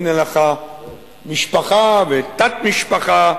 הנה לך משפחה ותת-משפחה.